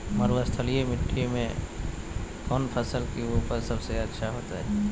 मरुस्थलीय मिट्टी मैं कौन फसल के उपज सबसे अच्छा होतय?